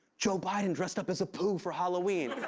joe biden dressed up as apu for halloween.